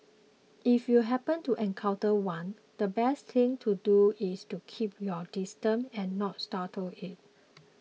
if you happen to encounter one the best thing to do is to keep your distance and not startle it